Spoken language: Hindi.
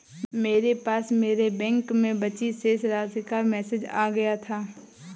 मेरे पास मेरे बैंक में बची शेष राशि का मेसेज आ गया था